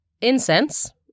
Incense